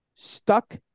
Stuck